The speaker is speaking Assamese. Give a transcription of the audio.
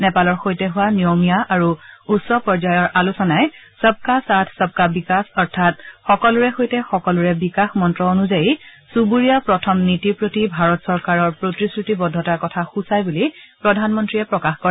নেপালৰ সৈতে হোৱা নিয়মীয়া আৰু উচ্চ পৰ্যায়ৰ আলোচনাই সবকা সাথ সবকা বিকাশ অৰ্থাৎ সকলোৰে সৈতে সকলোৰে বিকাশ মন্ত্ৰ অনুযায়ী চুবুৰীয়া প্ৰথম নীতিৰ প্ৰতি ভাৰত চৰকাৰৰ প্ৰতিশ্ৰুতিবদ্ধতাৰ কথা সূচায় বুলিও প্ৰধানমন্ত্ৰীয়ে প্ৰকাশ কৰে